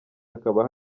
hakaba